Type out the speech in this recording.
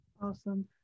awesome